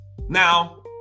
now